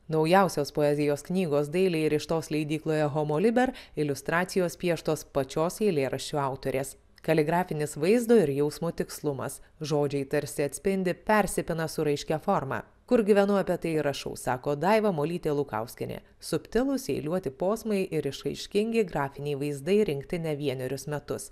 naujausios poezijos knygos dailiai įrištos leidykloje homoliber iliustracijos pieštos pačios eilėraščių autorės kaligrafinis vaizdo ir jausmo tikslumas žodžiai tarsi atspindi persipina su raiškia forma kur gyvenu apie tai ir rašau sako daiva molytė lukauskienė subtilūs eiliuoti posmai ir išraiškingi grafiniai vaizdai rinkti ne vienerius metus